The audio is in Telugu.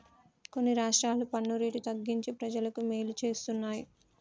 కొన్ని రాష్ట్రాలు పన్ను రేటు తగ్గించి ప్రజలకు మేలు చేస్తున్నాయి